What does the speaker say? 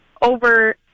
over